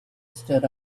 stood